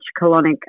colonic